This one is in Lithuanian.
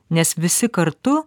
nes visi kartu